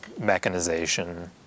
mechanization